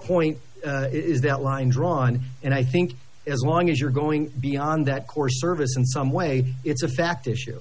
point is that line drawn and i think as long as you're going beyond that core service in some way it's a fact issue